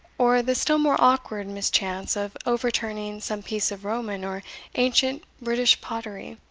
or the still more awkward mischance of overturning some piece of roman or ancient british pottery.